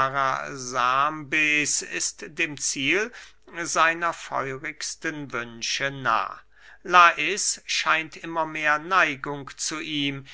ist dem ziel seiner feurigsten wünsche nah lais scheint immer mehr neigung zu ihm